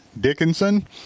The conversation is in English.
Dickinson